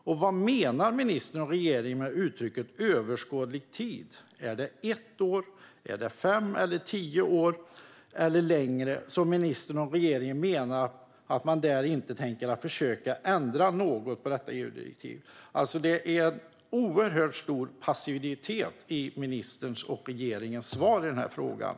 Och vad menar ministern och regeringen med uttrycket "överskådlig tid"? Är det under ett, fem eller tio år eller längre tid som ministern och regeringen menar att man inte tänker försöka ändra något i detta EU-direktiv? Ministerns och regeringens svar i denna fråga vittnar om oerhört stor passivitet.